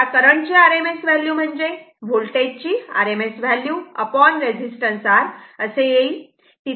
आता करंट ची RMS value म्हणजे होल्टेज ची RMS व्हॅल्यू रेजिस्टन्स R असे येईल